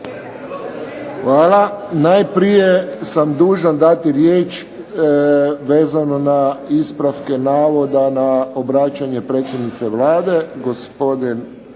Hvala. Najprije sam dužan dati riječ vezano za ispravke navoda na obraćanje predsjednice Vlade. Gospodin